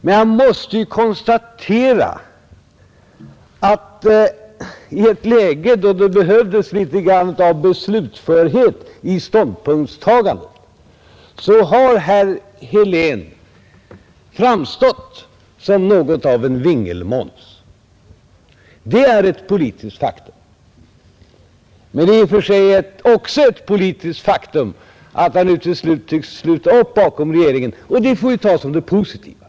Men jag måste ju konstatera att i ett läge då det behövdes litet av beslutförhet i ståndpunktstagandet har herr Helén framstått som något av en vingelmåns. Det är ett politiskt faktum. Men det är i och för sig också ett politiskt faktum att han nu till sist tycks sluta upp bakom regeringen, och det får vi ta som någonting positivt.